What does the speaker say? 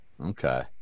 Okay